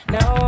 Now